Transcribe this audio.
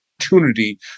opportunity